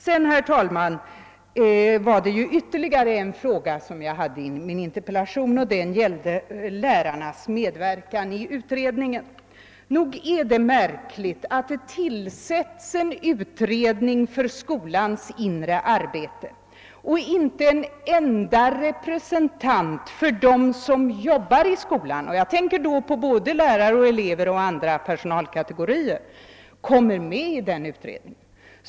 Det är ju, herr talman, ytterligare en fråga som jag ställt i min interpellation, och den gäller lärarnas medverkan i utredningen. Nog är det märkligt att det tillsätts en utredning för skolans inre arbete och inte en enda representant för dem som jobbar i skolan — jag tänker då på både lärare och elever och andra kategorier — kommer med i den utredningen.